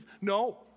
No